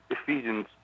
Ephesians